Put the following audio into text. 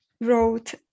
wrote